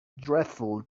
dreadful